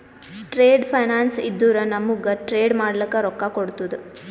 trade finance ಇದ್ದುರ ನಮೂಗ್ trade ಮಾಡ್ಲಕ ರೊಕ್ಕಾ ಕೋಡ್ತುದ